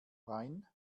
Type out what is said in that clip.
rhein